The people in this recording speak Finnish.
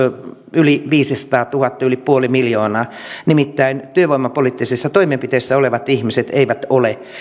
yli viisisataatuhatta yli puoli miljoonaa nimittäin työvoimapoliittisissa toimenpiteissä olevat ihmiset eivät ole